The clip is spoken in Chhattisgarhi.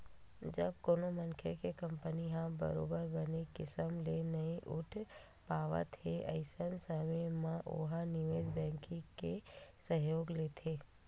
जब कोनो मनखे के कंपनी ह बरोबर बने किसम ले नइ उठ पावत हे अइसन समे म ओहा निवेस बेंकिग के सहयोग लेथे